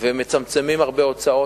ומצמצמים הרבה הוצאות.